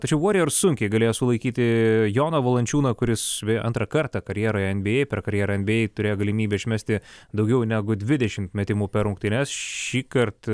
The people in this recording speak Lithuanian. tačiau vorijors sunkiai galėjo sulaikyti joną valančiūną kuris antrą kartą karjeroje en by ei per karjerą en by ei turėjo galimybę išmesti daugiau negu dvidešim metimų per rungtynes šįkart